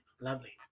lovely